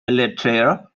bilateral